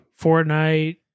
Fortnite